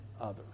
others